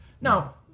Now